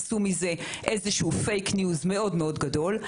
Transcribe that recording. עשו מזה איזה שהוא פייק ניוז מאוד-מאוד גדול.